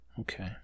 Okay